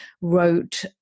wrote